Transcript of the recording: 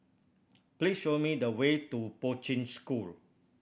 please show me the way to Poi Ching School